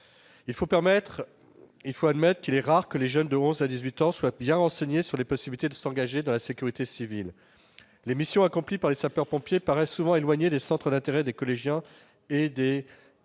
Il faut admettre qu'il est rare que les jeunes de onze à dix-huit ans soient bien renseignés sur les possibilités qui leur sont offertes de s'engager dans la sécurité civile. Les missions accomplies par les sapeurs-pompiers paraissent souvent éloignées des centres d'intérêt des collégiens et des lycéens.